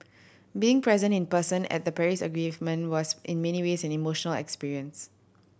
being present in person at the Paris Agreement was in many ways an emotional experience